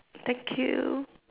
thank you